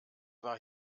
war